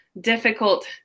difficult